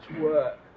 work